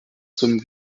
zum